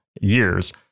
years